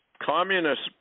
communist